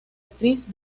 actriz